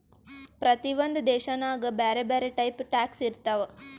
ಪ್ರತಿ ಒಂದ್ ದೇಶನಾಗ್ ಬ್ಯಾರೆ ಬ್ಯಾರೆ ಟೈಪ್ ಟ್ಯಾಕ್ಸ್ ಇರ್ತಾವ್